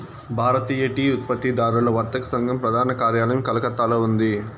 భారతీయ tea ఉత్పత్తిదారుల వర్తక సంఘం ప్రధాన కార్యాలయం కలకత్తాలో ఉంది